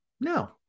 No